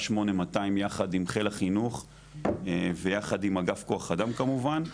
8200 יחד עם חיל החינוך ויחד עם אגף כוח אדם כמובן.